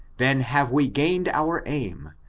then have we gain d our aim,